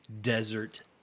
desert